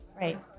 Right